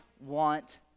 want